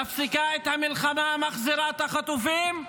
מפסיקה את המלחמה, מחזירה את החטופים,